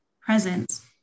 presence